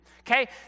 Okay